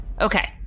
Okay